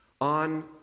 on